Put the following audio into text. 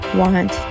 want